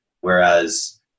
whereas